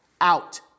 out